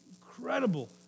Incredible